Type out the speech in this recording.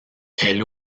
elle